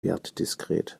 wertdiskret